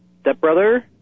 stepbrother